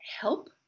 help